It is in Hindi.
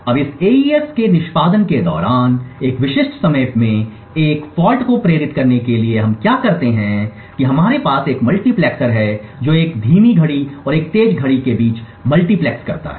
अब इस एईएस के निष्पादन के दौरान एक विशिष्ट समय में एक गलती को प्रेरित करने के लिए हम क्या करते हैं हमारे पास एक मल्टीप्लेक्सर है जो एक धीमी घड़ी और एक तेज घड़ी के बीच मल्टीप्लेक्स करता है